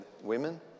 women